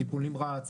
טיפול נמרץ,